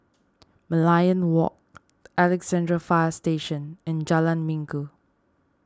Merlion Walk Alexandra Fire Station and Jalan Minggu